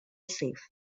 safe